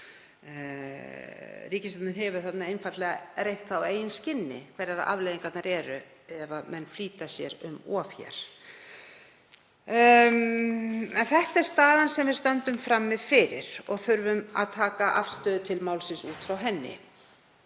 Ríkisstjórnin hefur einfaldlega reynt á eigin skinni hverjar afleiðingarnar eru ef menn flýta sér um of. En þetta er staðan sem við stöndum frammi fyrir og við þurfum að taka afstöðu til málsins út frá henni.